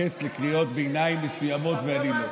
מתייחס לקריאות ביניים מסוימות ואני לא.